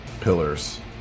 pillars